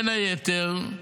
בין היתר,